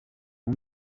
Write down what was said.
non